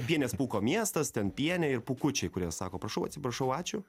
pienės pūko miestas ten pienė ir pūkučiai kurie sako prašau atsiprašau ačiū